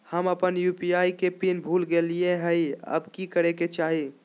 हम अपन यू.पी.आई के पिन कोड भूल गेलिये हई, अब की करे के चाही?